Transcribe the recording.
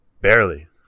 Barely